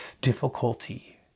difficulty